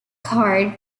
hard